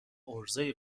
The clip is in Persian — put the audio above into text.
عرضهی